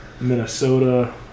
Minnesota